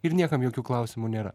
ir niekam jokių klausimų nėra